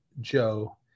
Joe